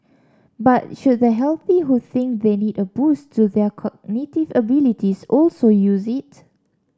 but should the healthy who think they need a boost to their cognitive abilities also use it